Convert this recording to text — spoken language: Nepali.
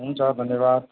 हुन्छ धन्यवाद